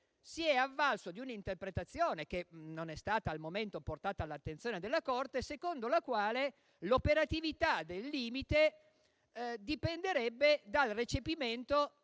si è avvalso di un'interpretazione, che non è stata al momento portata all'attenzione della Corte, secondo la quale l'operatività del limite dipenderebbe dal recepimento